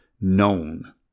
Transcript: known